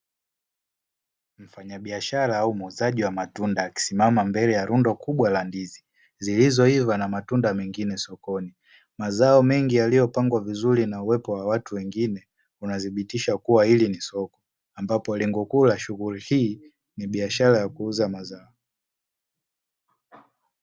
Mfanyabiashara au muuzaji wa matunda akisimama mbele ya rundo kubwa la ndizi zilizo iva na matunda mengine sokoni, mazao mengi yaliyopangwa vizuri na uwepo wa watu wengine unathibitisha kua hili ni soko ambapo lengo kuu la shughuli hii ni biashara ya kuuza mazao.